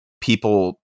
people